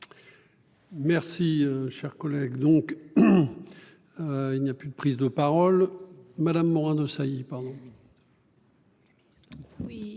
Merci cher collègue donc. Il n'y a plus de prise de parole Madame Morin-Desailly pardon.